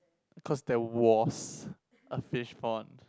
cause there was a fish pond